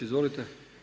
Izvolite.